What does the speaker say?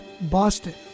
Boston